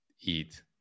eat